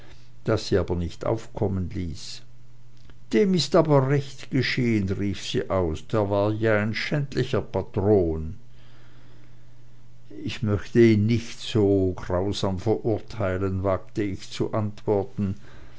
das sie aber nicht aufkommen ließ dem ist aber recht geschehen rief sie aus der war ja ein schändlicher patron ich möchte ihn nicht so grausam verurteilen wagte ich zu antworten